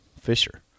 Fisher